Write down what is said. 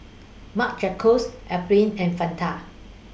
Marc Jacobs Alpen and Fanta